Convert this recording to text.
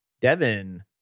Devin